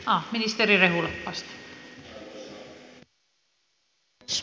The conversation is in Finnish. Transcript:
arvoisa rouva puhemies